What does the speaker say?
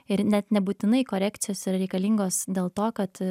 ir net nebūtinai korekcijos yra reikalingos dėl to kad